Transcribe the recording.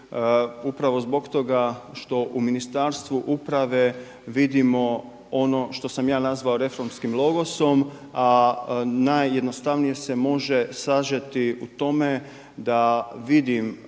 Upravo zbog toga što u Ministarstvu uprave vidimo ono što sam ja nazvao reformskim logosom, a najjednostavnije se može sažeti u tome da vidim